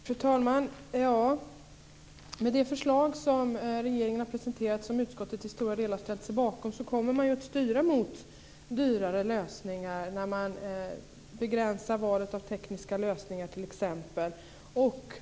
Fru talman! Med det förslag som regeringen har presenterat och som utskottet till stora delar har ställt sig bakom kommer man att styra mot dyrare lösningar när man t.ex. begränsar valet av tekniska lösningar.